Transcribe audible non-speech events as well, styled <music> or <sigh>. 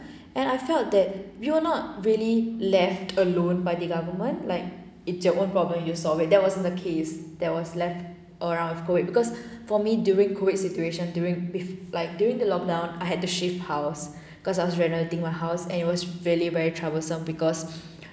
and I felt that we were not really left alone by the government like it's your own problem you solve it that wasn't the case that was left around with COVID because for me during COVID situation during with like during the lock down I had to shift house because I was renovating my house and it was really very troublesome because <breath>